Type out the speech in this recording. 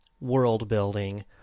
world-building